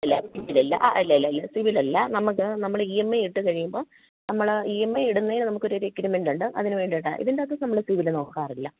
ഇല്ല ഇല്ലില്ല ആ ഇല്ല ഇല്ല ഇല്ല സിബിൽ അല്ല നമുക്ക് നമ്മള് ഇ എം ഐ ഇട്ടു കഴിയുമ്പോൾ നമ്മള് ഇ എം ഐ ഇടുന്നതിന് നമുക്കൊരു എഗ്രിമെൻറ്റൊണ്ട് അതിനു വേണ്ടിയിട്ടാണ് ഇതിൻ്റെ അക ത്ത് നമ്മള് സിബിൽ നോക്കാറില്ല